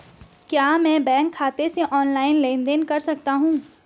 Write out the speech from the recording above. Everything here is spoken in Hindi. क्या मैं बैंक खाते से ऑनलाइन लेनदेन कर सकता हूं?